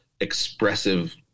expressive